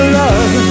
love